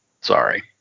sorry